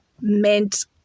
meant